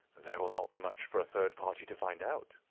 there will not be much for a third party to find out,